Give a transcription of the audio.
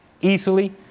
easily